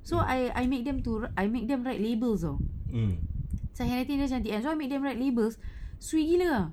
so I I make them to I make them write labels [tau] sebab handwriting dia cantik that's why I make them write labels swee gila ah